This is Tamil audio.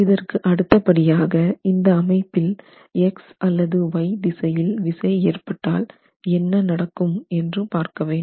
இதற்கு அடுத்த படியாக இந்த அமைப்பில் X அல்லது Y திசையில் விசை ஏற்பட்டால் என்ன நடக்கும் என்று பார்க்க வேண்டும்